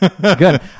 Good